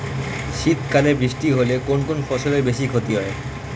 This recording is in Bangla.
শীত কালে বৃষ্টি হলে কোন কোন ফসলের বেশি ক্ষতি হয়?